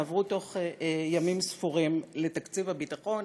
יעברו תוך ימים ספורים לתקציב הביטחון.